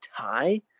tie